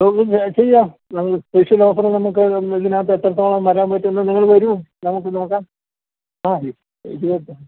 ഓ പിന്നെ ചെയ്യാം നമ്മൾ സ്പെഷ്യൽ ഓഫർ നമുക്ക് ഇതിനകത്ത് എത്രത്തോളം വരാൻ പറ്റുമെന്ന് നിങ്ങൾ വരൂ നമുക്ക് നോക്കാം ആ ഇ ഇരുപത്